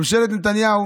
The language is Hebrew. ממשלת נתניהו